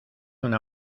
una